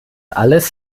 alles